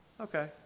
Okay